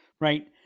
right